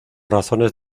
razones